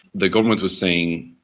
the government was saying,